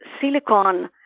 silicon